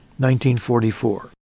1944